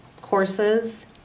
courses